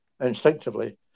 instinctively